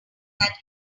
that